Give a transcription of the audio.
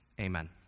Amen